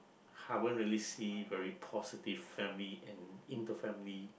haven't really see very positive family and in the family